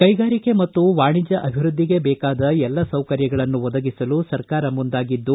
ಕ್ಷೆಗಾರಿಕೆ ಮತ್ತು ವಾಣಿಜ್ಯ ಅಭಿವ್ಯದ್ಲಿಗೆ ಬೇಕಾದ ಎಲ್ಲ ಸೌಕರ್ಯಗಳನ್ನು ಒದಗಿಸಲು ಸರ್ಕಾರ ಮುಂದಾಗಿದ್ದು